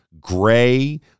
gray